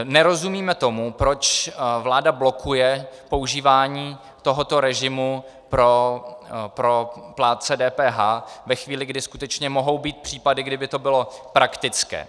Nerozumíme tomu, proč vláda blokuje používání tohoto režimu pro plátce DPH ve chvíli, kdy skutečně mohou být případy, kdy by to bylo praktické.